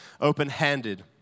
open-handed